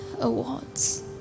awards